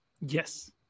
Yes